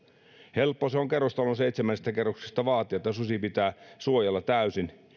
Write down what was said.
helppo se on kerrostalon seitsemännestä kerroksesta vaatia että susi pitää suojella täysin